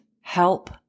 Help